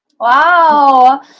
Wow